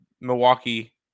Milwaukee